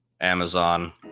Amazon